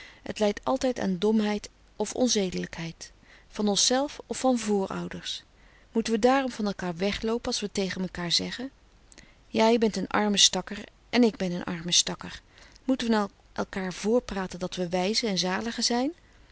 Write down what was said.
het leit altijd aan domheid of onzedelijkheid van onszelf of van vrouders moete we daarom van elkaar wegloopen als we t tege mekaar zegge jij bent een arme stakker en ik ben een arme stakker moete we nou elkaar voorpraten dat we wijzen en zaligen zijn